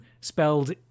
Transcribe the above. spelled